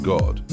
God